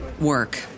work